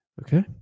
Okay